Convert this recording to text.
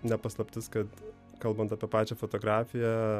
ne paslaptis kad kalbant apie pačią fotografiją